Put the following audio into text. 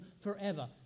forever